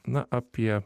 na apie